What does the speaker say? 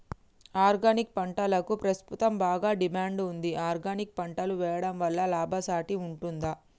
Organic పంటలకు ప్రస్తుతం బాగా డిమాండ్ ఉంది ఆర్గానిక్ పంటలు వేయడం వల్ల లాభసాటి ఉంటుందా?